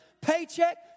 paycheck